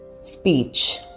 speech